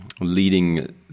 leading